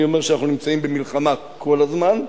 אני אומר שאנחנו נמצאים במלחמה כל הזמן,